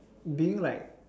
doing like